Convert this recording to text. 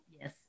yes